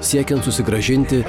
siekiant susigrąžinti